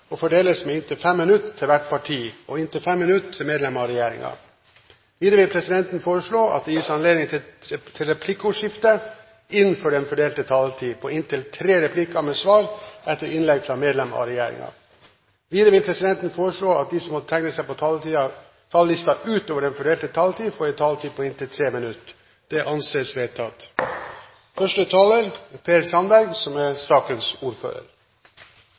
og fordeles med inntil 5 minutter til hvert parti og inntil 5 minutter til medlem av regjeringen. Videre vil presidenten foreslå at det gis anledning til replikkordskifte på inntil tre replikker med svar etter innlegg fra medlem av regjeringen innenfor den fordelte taletid. Videre blir det foreslått at de som måtte tegne seg på talerlisten utover den fordelte taletid, får en taletid på inntil 3 minutter. – Det anses vedtatt. Komiteen er fornøyd med at man har fått fram en sak som